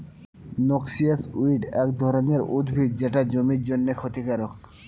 noxious weed এক ধরনের উদ্ভিদ যেটা জমির জন্যে ক্ষতিকারক